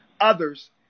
others